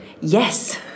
Yes